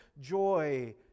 joy